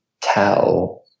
tell